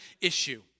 issue